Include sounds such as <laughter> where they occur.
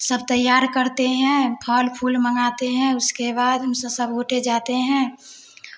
सब तैयार करते हैं फल फूल मंगाते हैं उसके बाद हम स <unintelligible> जाते हैं